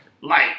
Light